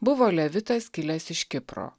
buvo levitas kilęs iš kipro